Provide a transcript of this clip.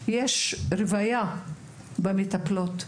יש רוויה במטפלות.